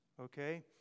Okay